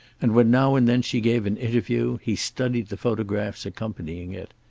and when now and then she gave an interview he studied the photographs accompanying it.